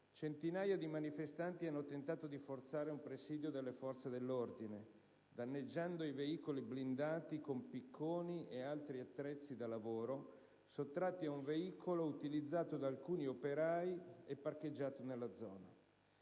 centinaia di manifestanti hanno tentato di forzare un presidio delle forze dell'ordine, danneggiando i veicoli blindati con picconi ed altri attrezzi da lavoro sottratti ad un veicolo utilizzato da alcuni operai e parcheggiato nella zona.